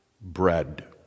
bread